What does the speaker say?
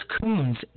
Coons